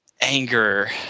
anger